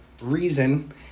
Reason